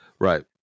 Right